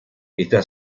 está